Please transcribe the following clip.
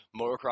motocross